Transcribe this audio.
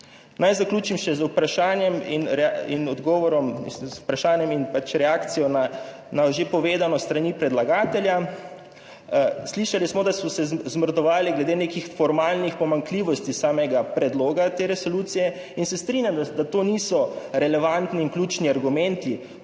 Naj zaključim še z vprašanjem in odgovorom, z vprašanjem in pač reakcijo na že povedano s strani predlagatelja. Slišali smo, da so se zmrdovali glede nekih formalnih pomanjkljivosti samega predloga te resolucije in se strinjam, da to niso relevantni in ključni argumenti